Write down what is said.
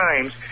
Times